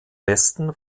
westen